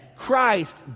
Christ